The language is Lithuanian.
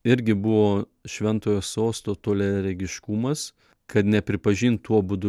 irgi buvo šventojo sosto toliaregiškumas kad nepripažint tuo būdu